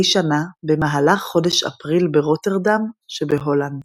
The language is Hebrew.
שנה במהלך חודש אפריל ברוטרדם שבהולנד.